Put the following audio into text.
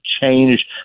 change